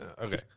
Okay